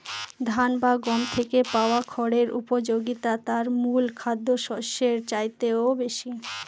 ধান বা গম থেকে পাওয়া খড়ের উপযোগিতা তার মূল খাদ্যশস্যের চাইতেও বেশি